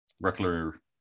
regular